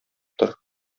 тор